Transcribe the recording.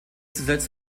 zuletzt